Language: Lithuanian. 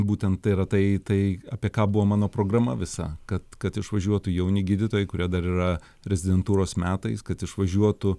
būtent tai yra tai tai apie ką buvo mano programa visa kad kad išvažiuotų jauni gydytojai kurie dar yra rezidentūros metais kad išvažiuotų